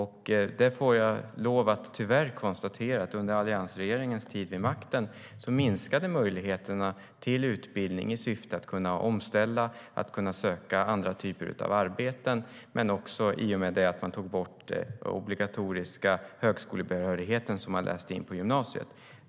Tyvärr får jag lov att konstatera att under alliansregeringens tid vid makten minskade möjligheterna till utbildning i syfte att kunna omställa och söka andra typer av arbeten. Man tog också bort den obligatoriska högskolebehörigheten som lästes in på gymnasiet.